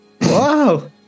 Wow